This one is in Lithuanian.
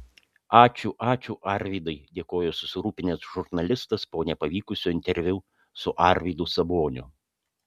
ačiū ačiū arvydai dėkojo susirūpinęs žurnalistas po nepavykusio interviu su arvydu saboniu